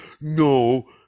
no